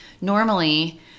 Normally